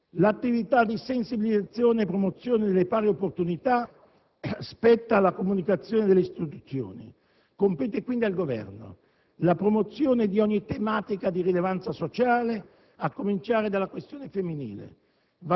L'attività di sensibilizzazione e promozione delle pari opportunità spetta alla comunicazione delle istituzioni. Compete quindi al Governo la promozione di ogni tematica di rilevanza sociale, a cominciare dalla questione femminile.